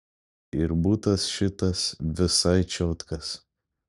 ir butas šitas visai čiotkas